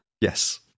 Yes